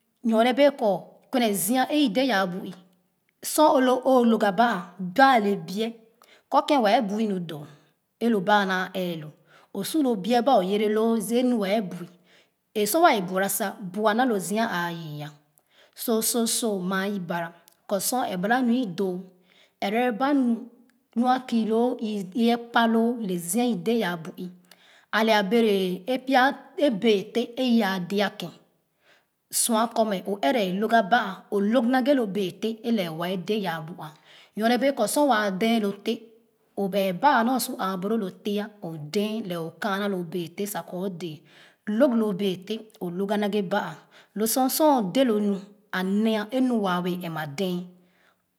Nyone bee kɔ kwene ziae lo de yaa bu sor o'o lo lõg gaba a ba le biɛ kɔ ken wɛɛ bui nu doo e lo ba naa ɛɛ lo o su lo biɛ ba o yere loo e mu wɛɛ bui e su wɛɛ bura sa bua naa kɔ sor ɛbara nu wɛɛ bui e su wɛɛ bura sa bua naa lo zia aa yii a so, soso maa i bara kɔ sor ɛbara nu idoo ɛrɛ ba nu nu kii loo ekpaloo le zia i de yaa bu ii ale a berɛ pia a bee te'h iyaa dee ke'n sua kɔ me o ɛrɛ ke'n lōg gaba aa lōg naghe lo bee te'h lɛɛ wɛɛ de yaa bu aa nyone bee kɔ sor waa dɛn lo te'h o baɛ baa nyo su a boro lo te'h o dɛn lɛh o kaana lo bee te'h sa kɔ o de’a lōg lo bee te'h o lōg ga naghe ba a lo sor de lo nu a he a ē mu waa wɛɛ ɛp ba dɛn